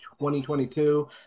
2022